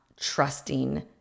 trusting